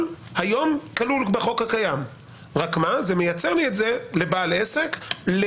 היום כלול בחוק הקיים אלא זה מייצר לי את זה לבעל עסק.